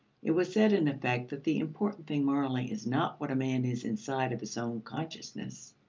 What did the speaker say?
it was said in effect that the important thing morally is not what a man is inside of his own consciousness,